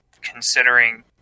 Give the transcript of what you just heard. considering